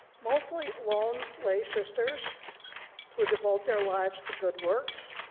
mostly lone lay sisters who devote their lives to good works.